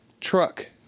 truck